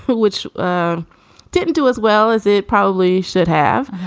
which didn't do as well as it probably should have.